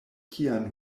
kian